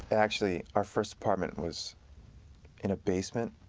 actually, our first apartment was in a basement,